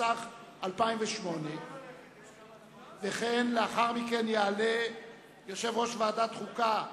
התשס"ח 2008. לאחר מכן יעלה יושב-ראש ועדת החוקה,